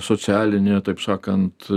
socialinėje taip sakant